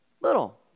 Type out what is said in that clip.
Little